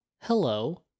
Hello